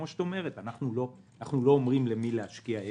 כמו שאת אומרת אנחנו לא אומרים למי להשקיע ואיפה,